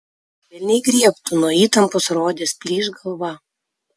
velniai griebtų nuo įtampos rodėsi plyš galva